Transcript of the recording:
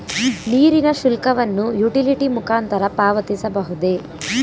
ನೀರಿನ ಶುಲ್ಕವನ್ನು ಯುಟಿಲಿಟಿ ಮುಖಾಂತರ ಪಾವತಿಸಬಹುದೇ?